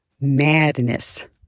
Madness